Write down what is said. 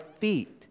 feet